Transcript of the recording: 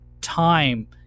time